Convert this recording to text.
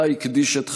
שלה הקדיש את חייו.